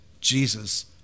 Jesus